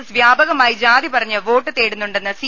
S വ്യാപകമായി ജാതി പറഞ്ഞ് വോട്ടുതേടുന്നുണ്ടെന്ന് സി